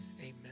Amen